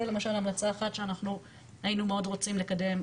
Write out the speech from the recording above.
זה למשל המלצה אחת שאנחנו היינו מאוד רוצים לקדם.